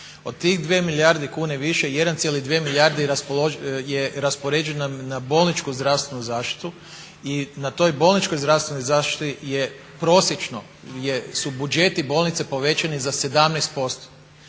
Od tih 2 milijarde kuna više 1,2 milijarde je raspoređeno na bolničku zdravstvenu zaštitu i na toj bolničkoj zdravstvenoj zaštiti je prosječno su buđeti bolnice povećani za 17%.